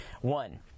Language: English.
One